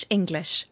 English